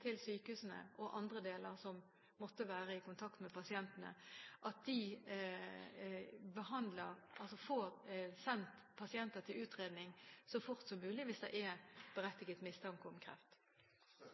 til sykehusene og andre deler som måtte være i kontakt med pasientene, får sendt pasienter til utredning så fort som mulig, hvis det er berettiget mistanke om kreft.